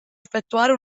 effettuare